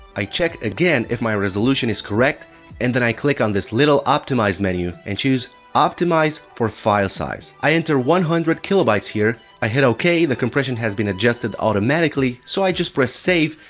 i check again if my resolution is correct and then i click on this little optimize menu and choose optimize for file size. i enter one hundred kb ah here, i hit ok, the compression has been adjusted automatically so i just press save,